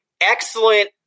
excellent